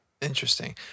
Interesting